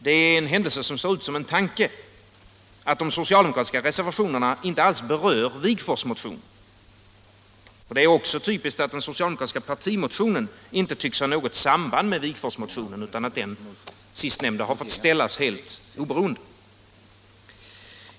Det är en händelse som ser ut som en tanke att de socialdemokratiska reservationerna inte alls berör Wigforss-motionen. Det är också typiskt att den socialdemokratiska partimotionen inte tycks ha något samband med Wigforss-motionen, utan att den sistnämnda har fått väckas helt fristående.